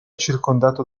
circondato